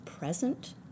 present